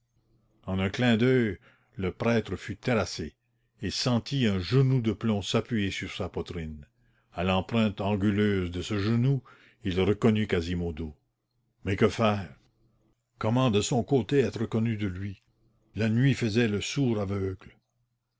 en un clin d'oeil le prêtre fut terrassé et sentit un genou de plomb s'appuyer sur sa poitrine à l'empreinte anguleuse de ce genou il reconnut quasimodo mais que faire comment de son côté être reconnu de lui la nuit faisait le sourd aveugle